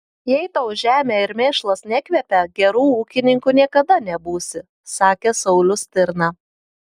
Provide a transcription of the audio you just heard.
jei tau žemė ir mėšlas nekvepia geru ūkininku niekada nebūsi sakė saulius stirna